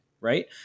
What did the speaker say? Right